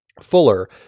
Fuller